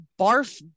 barf